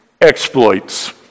exploits